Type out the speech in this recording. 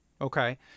Okay